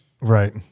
right